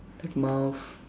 like mouth